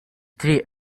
triq